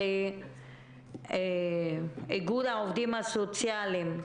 איגוד העובדים הסוציאליים.